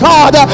God